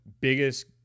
biggest